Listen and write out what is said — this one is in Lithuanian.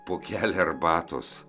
pokelį arbatos